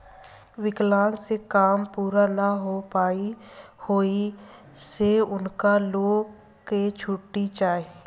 विकलांक से काम पूरा ना हो पाई ओहि से उनका लो के छुट्टी चाही